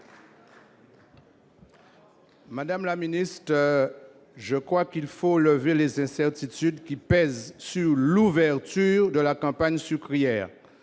Madame la ministre, il faut lever les incertitudes qui pèsent sur l'ouverture de la campagne sucrière.